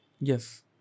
Yes